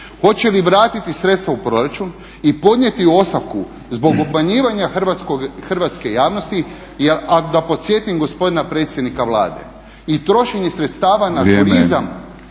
hoće li vratiti sredstva u proračun i podnijeti ostavku zbog obmanjivanja hrvatske javnosti jer ako, da podsjetim gospodina predsjednika Vlade, i trošenje sredstava na turizam